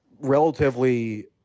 relatively